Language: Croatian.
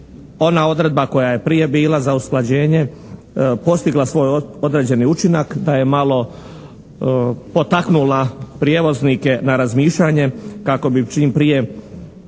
ona odredba koja je prije bila za usklađenje postigla svoj određeni učinak, da je malo potaknula prijevoznike na razmišljanje kako bi čim prije